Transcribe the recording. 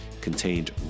contained